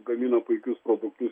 gamino puikius produktus